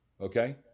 okay